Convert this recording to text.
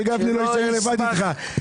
שגפני לא יישאר לבד איתך.